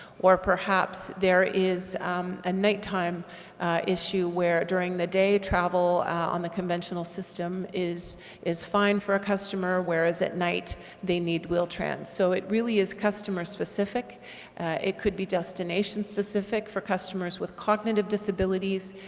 or perhaps there is a night time issue where during the day travel on the conventional system is is fine for a customer, whereas at night they need wheel-trans. so it really is customer specific it could be destination specific for customers with cognitive disabilities,